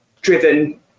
driven